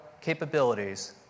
capabilities